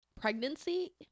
pregnancy